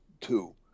two